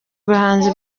ubuhanzi